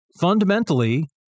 fundamentally